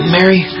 Mary